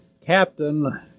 captain